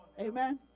Amen